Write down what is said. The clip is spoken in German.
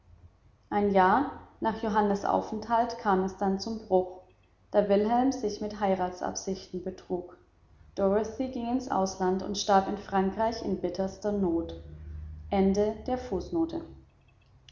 ein jahr nach johannas aufenthalt kam es dann zum bruch da wilhelm sich mit heiratsabsichten trug dorothy ging ins ausland und starb in frankreich in bitterster not